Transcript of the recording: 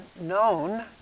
known